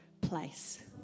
place